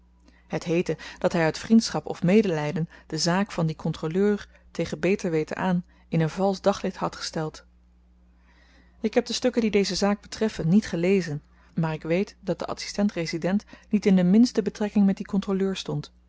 het heette dat hy uit vriendschap of medelyden de zaak van dien kontroleur tegen beter weten aan in een valsch daglicht had gesteld ik heb de stukken die deze zaak betreffen niet gelezen maar ik weet dat de adsistent resident niet in de minste betrekking met dien kontroleur stond